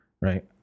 right